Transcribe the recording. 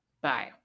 Bye